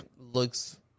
looks